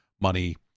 money